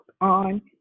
on